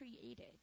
created